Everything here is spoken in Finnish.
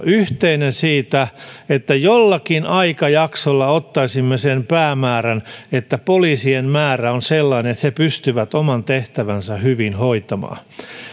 yhteinen siitä että jollakin aikajaksolla ottaisimme sen päämäärän että poliisien määrä on sellainen että he pystyvät oman tehtävänsä hyvin hoitamaan